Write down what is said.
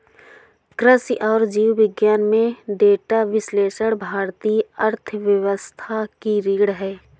कृषि और जीव विज्ञान में डेटा विश्लेषण भारतीय अर्थव्यवस्था की रीढ़ है